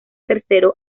tercero